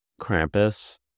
Krampus